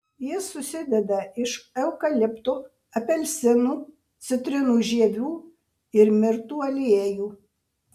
jis susideda iš eukalipto apelsinų citrinų žievių ir mirtų aliejų